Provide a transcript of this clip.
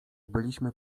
byliśmy